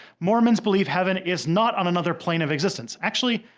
mormons believe heaven is not on another plane of existence. actually,